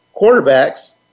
quarterbacks